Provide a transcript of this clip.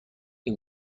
این